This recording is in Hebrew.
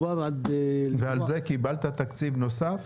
מדובר על --- ועל זה קיבלת תקציב נוסף?